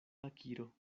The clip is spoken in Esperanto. akiro